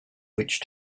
which